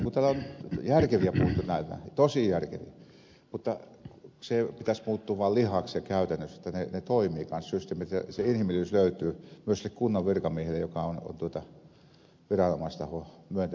täällä on järkeviä puhuttu tänä iltana tosi järkeviä mutta sen pitäisi muuttua vaan lihaksi ja käytännöksi että ne systeemit toimisivat kanssa ja se inhimillisyys löytyisi myös sille kunnan virkamiehelle joka on se viranomaistaho joka myöntää näitä asioita